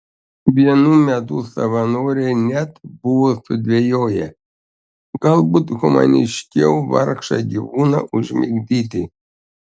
vienu metu savanoriai net buvo sudvejoję galbūt humaniškiau vargšą gyvūną užmigdyti